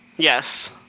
yes